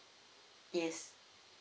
yes